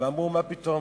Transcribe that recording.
ואמרו: מה פתאום?